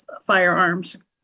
firearms